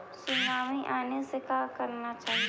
Tsunami आने से का करना चाहिए?